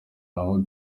aho